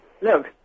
Look